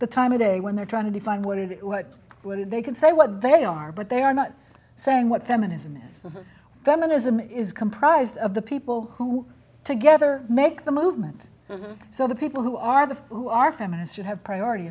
the time of day when they're trying to define what it what they can say what they are but they are not saying what feminism is feminism is comprised of the people who together make the movement so the people who are the who are feminists should have priority